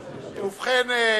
ובכן,